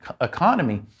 economy